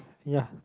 ya